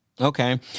Okay